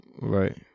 right